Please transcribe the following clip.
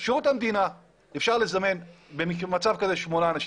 בשירות המדינה אפשר לזמן במצב כזה שמונה אנשים.